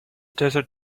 desert